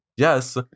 Yes